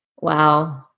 Wow